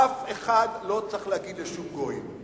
אף אחד לא צריך להגיד לשום גויים,